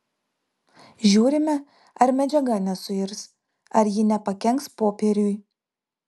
žiūrime ar medžiaga nesuirs ar ji nepakenks popieriui